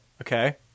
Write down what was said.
okay